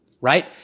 right